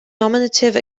nominative